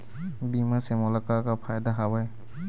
बीमा से मोला का का फायदा हवए?